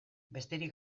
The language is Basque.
besterik